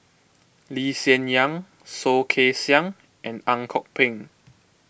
Lee Hsien Yang Soh Kay Siang and Ang Kok Peng